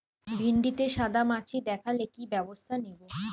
ভিন্ডিতে সাদা মাছি দেখালে কি ব্যবস্থা নেবো?